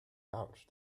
ouch